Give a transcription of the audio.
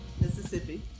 Mississippi